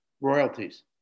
royalties